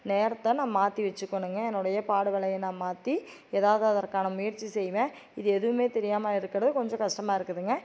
நேரத்தை நான் மாற்றி வச்சுக்கணுங்க என்னோடைய பாடவேளையை நான் மாற்றி எதாவது அதற்கான முயற்சி செய்வேன் இது எதுவுமே தெரியாமல் இருக்கிறது கொஞ்சம் கஸ்டமாக இருக்குதுங்க